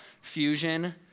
Fusion